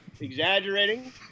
exaggerating